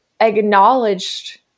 acknowledged